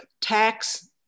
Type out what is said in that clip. tax